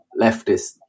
leftist